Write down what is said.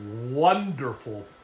wonderful